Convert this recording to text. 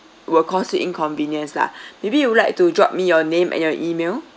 will cause you inconvenience lah maybe you would like to drop me your name and your email